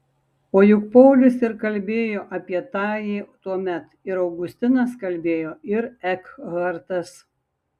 o juk paulius ir kalbėjo apie tąjį tuomet ir augustinas kalbėjo ir ekhartas